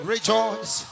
Rejoice